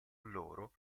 loro